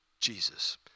Jesus